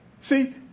See